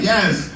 Yes